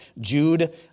Jude